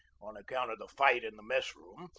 on account of the fight in the mess room,